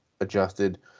adjusted